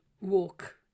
walk